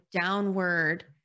downward